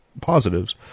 positives